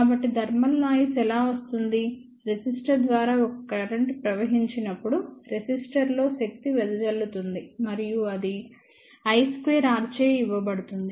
కాబట్టి thermal noise ఎలా వస్తుంది రెసిస్టర్ ద్వారా ఒక కరెంట్ ప్రవహించినప్పుడు రెసిస్టర్లో శక్తి వెదజల్లుతుంది మరియు అది I2R చే ఇవ్వబడుతుంది